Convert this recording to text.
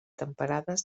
temperades